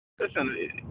listen